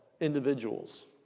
individuals